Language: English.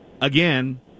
Again